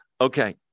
okay